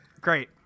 Great